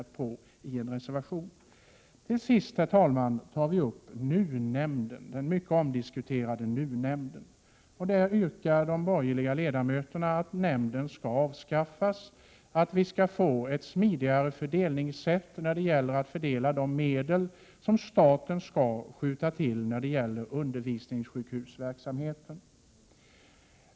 Till sist, herr talman, tar vi upp den mycket omdiskuterade NUU nämnden. De borgerliga ledamöterna yrkar i reservationen att nämnden skall avskaffas och att vi skall få till stånd ett smidigare sätt att fördela de medel som staten skall skjuta till när det gäller undervisningssjukhusverksamheten.